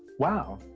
wow,